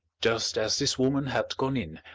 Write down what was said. just as this woman had gone in,